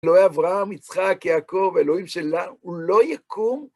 אלוהי אברהם, יצחק, יעקב, אלוהים שלה, הוא לא יקום.